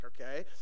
okay